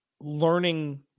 learning